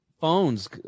phones